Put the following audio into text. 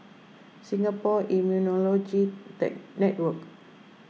Singapore Immunology Network